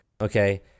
Okay